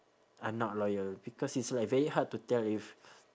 are not loyal because it's like very hard to tell if